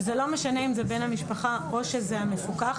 וזה לא משנה אם זה בן המשפחה או שזה המפוקח,